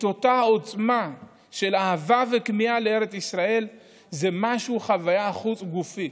את אותה עוצמה של אהבה וכמיהה לארץ ישראל זו חוויה חוץ-גופית.